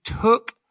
took